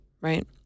right